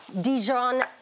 Dijon